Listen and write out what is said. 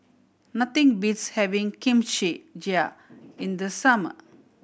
nothing beats having Kimchi Jjigae in the summer